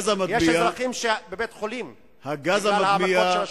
יש אזרחים שהם בבית-חולים בגלל המכות של השוטרים.